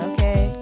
Okay